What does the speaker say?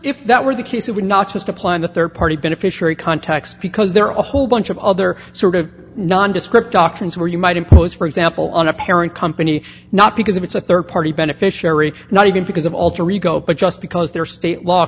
if that were the case it would not just apply in the rd party beneficiary context because there are a whole bunch of other sort of nondescript auctions where you might impose for example on a parent company not because of it's a rd party beneficiary not even because of alter ego but just because there are state law